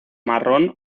marrón